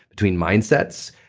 between mindsets.